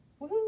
woohoo